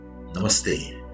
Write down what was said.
Namaste